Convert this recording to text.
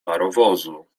parowozu